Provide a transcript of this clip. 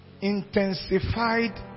intensified